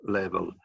level